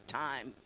time 。